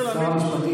שר המשפטים,